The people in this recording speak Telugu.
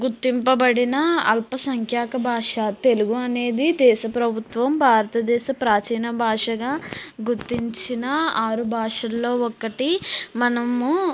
గుర్తింపబడిన అల్పసంఖ్యాక భాష తెలుగు అనేది దేశ ప్రభుత్వం భారతదేశ ప్రాచీన భాషగా గుర్తించిన ఆరు భాషల్లో ఒక్కటి మనము